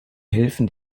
helfen